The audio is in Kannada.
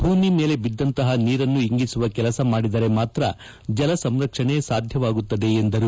ಭೂಮಿ ಮೇಲೆ ಬಿದ್ದಂತಹ ನೀರನ್ನು ಇಂಗಿಸುವ ಕೆಲಸ ಮಾಡಿದರೆ ಮಾತ್ರ ಜಲ ಸಂರಕ್ಷಣೆ ಸಾಧ್ಯವಾಗುತ್ತದೆ ಎಂದರು